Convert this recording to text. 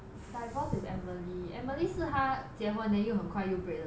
divorce with emily emily 是她结婚 then 就很快就 break 的是吗